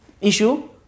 issue